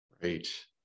Great